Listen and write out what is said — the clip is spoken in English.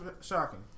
shocking